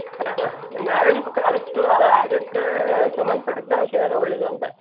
ಹಾಂ ನನಗೆ ಆಯುರ್ವೇದಿಕ್ ಆದಷ್ಟು ಆಯುರ್ವೇದಿಕ್ ಸಂಬಂಧ ಪಟ್ಟದ್ದು ಔಷಧಿ ಆದರೆ ಒಳ್ಳೇದು ಅಂತ